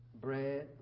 Bread